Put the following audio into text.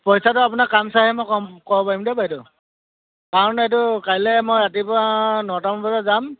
পইচাটো আপোনাক কাম চাইহে মই কম ক'ব পাৰিম দে বাইদেউ কাৰণ এইটো কাইলৈ মই ৰাতিপুৱা নটামান বজাত যাম